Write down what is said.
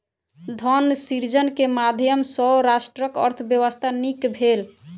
धन सृजन के माध्यम सॅ राष्ट्रक अर्थव्यवस्था नीक भेल